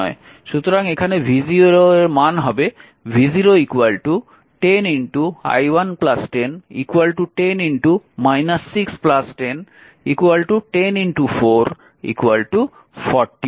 সুতরাং এখানে v0 এর মান হবে v0 10i1 10 10 6 10 104 40 ভোল্ট